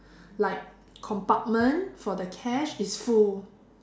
like compartment for the cash is full